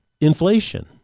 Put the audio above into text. inflation